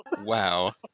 wow